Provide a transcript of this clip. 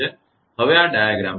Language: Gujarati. હવે આ રેખાકૃતિડાયાગ્રામ જુઓ